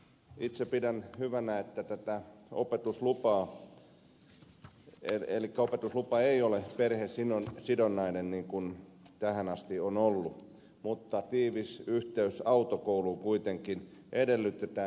itse pidän hyvänä että tämä opetuslupa ei ole perhesidonnainen niin kuin tähän asti on ollut mutta tiivis yhteys autokouluun kuitenkin edellytetään